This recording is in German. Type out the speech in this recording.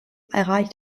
erreicht